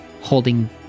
holding